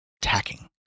tacking